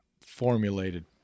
formulated